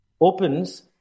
opens